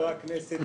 חברי הכנסת,